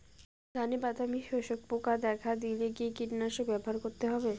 ধানে বাদামি শোষক পোকা দেখা দিলে কি কীটনাশক ব্যবহার করতে হবে?